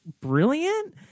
brilliant